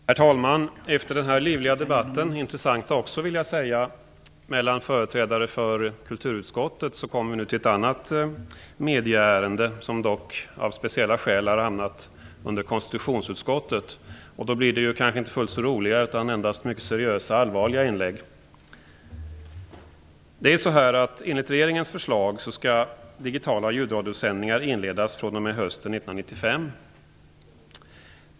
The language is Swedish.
Herr talman! Efter den här livliga och intressanta debatten mellan företrädare för kulturutskottet kommer vi till ett annat medieärende, som dock av speciella skäl har hamnat i konstitutionsutskottet. Det blir kanske inte fullt så roliga, utan endast mycket seriösa, allvarliga inlägg. Enligt regeringens förslag skall digitala ljudradiosändningar inledas fr.o.m. hösten 1995.